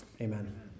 Amen